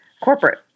corporate